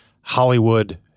Hollywood